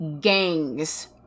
gangs